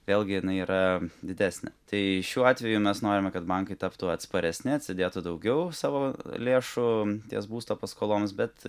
vėlgi yra didesnė tai šiuo atveju mes norime kad bankai taptų atsparesni atsidėtų daugiau savo lėšų ties būsto paskoloms bet